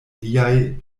liaj